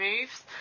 moves